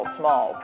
small